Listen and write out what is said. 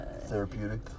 therapeutic